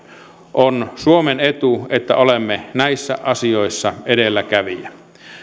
on suomen etu että olemme näissä asioissa edelläkävijä